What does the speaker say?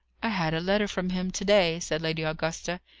i had a letter from him to-day, said lady augusta.